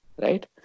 right